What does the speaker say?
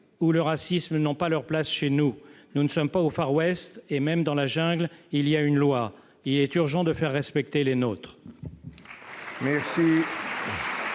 ou le racisme n'ont pas leur place chez nous. Nous ne sommes pas au Far West et, même dans la jungle, il y a une loi. Il est urgent de faire respecter les nôtres